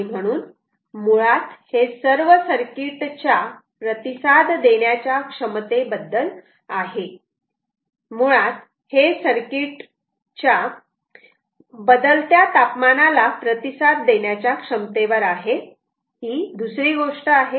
आणि म्हणून मुळात हे सर्व सर्किट च्या प्रतिसाद देण्याच्या क्षमतेबद्दल आहे मुळात हे सर्किटच्या बदलत्या तापमानाला प्रतिसाद देण्याच्या क्षमतेवर आहे हि दुसरी गोष्ट आहे